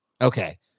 Okay